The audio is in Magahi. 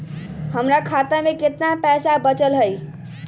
हमर खाता में केतना पैसा बचल हई?